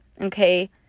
okay